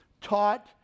taught